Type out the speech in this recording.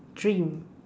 dream